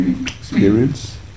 experience